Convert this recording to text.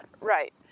Right